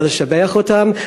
וצריך לשבח אותם,